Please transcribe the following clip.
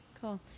cool